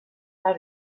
anna